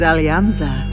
Alianza